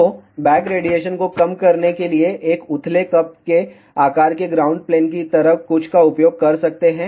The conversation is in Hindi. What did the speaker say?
तो बैक रेडिएशन को कम करने के लिए एक उथले कप के आकार के ग्राउंड प्लेन की तरह कुछ का उपयोग कर सकते हैं